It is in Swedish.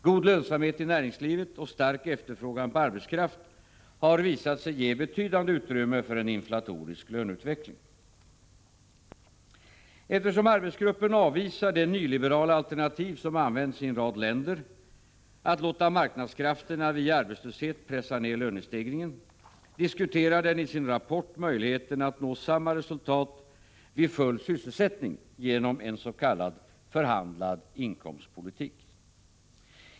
God lönsamhet i näringslivet och stark efterfrågan på arbetskraft har visat sig ge betydande utrymme för en inflatorisk löneutveckling. Eftersom arbetsgruppen avvisar det nyliberala alternativ som använts i en rad länder — att låta marknadskrafterna via arbetslöshet pressa ner lönestegringen — diskuterar den i sin rapport möjligheten att nå samma resultat vid full sysselsättning genom en s.k. förhandlad inkomstpolitik.